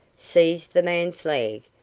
seized the man's leg,